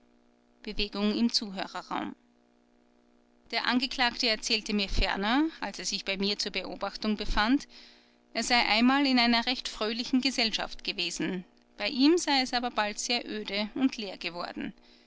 der angeklagte erzählte mir ferner als er sich bei mir zur beobachtung befand er sei einmal in einer recht fröhlichen gesellschaft gewesen bei ihm sei es aber bald sehr öde und leer geworden